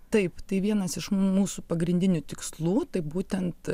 taip tai vienas iš mūsų pagrindinių tikslų tai būtent